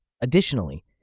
Additionally